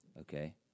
Okay